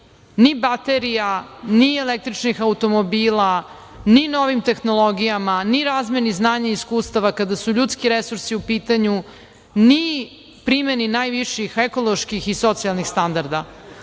ni baterija, ni električnih automobila, ni novim tehnologijama, ni razmeni znanja i iskustava, kada su ljudski resursi u pitanju, ni primeni najviših ekoloških i socijalnih standarda,